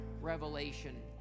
revelation